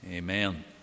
Amen